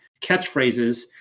catchphrases